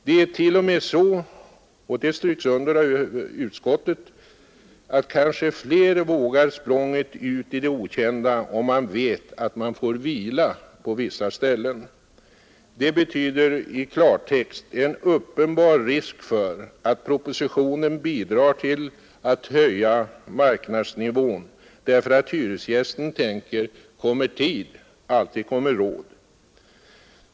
Det är till och med så — och det understryks av utskottet — att kanske fler vågar språnget ut i det okända om man vet att man får vila på vissa ställen. Det betyder i klartext en uppenbar risk för att propositionen bidrar till att höja marknadsnivån därför att hyresgästen tänker: Kommer tid, kommer råd.